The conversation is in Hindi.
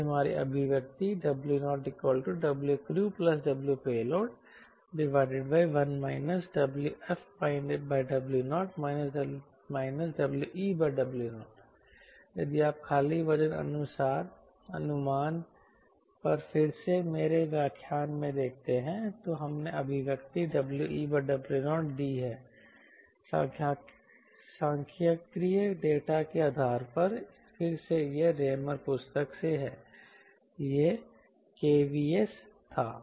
क्योंकि हमारी अभिव्यक्ति W0WcrewWPL1 WfW0 WeW0 यदि आप खाली वजन अनुमान पर फिर से मेरे व्याख्यान में देखते हैं तो हमने अभिव्यक्ति WeW0 दी है सांख्यिकीय डेटा के आधार पर फिर से यह रेमर पुस्तक से है यह यह Kvs था